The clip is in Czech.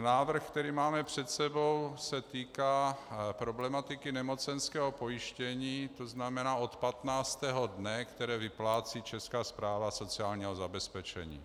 Návrh, který máme před sebou, se týká problematiky nemocenského pojištění, tzn. od 15. dne, které vyplácí Česká správa sociálního zabezpečení.